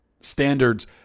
standards